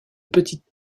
petite